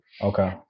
Okay